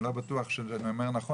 אני לא בטוח שזה נכון,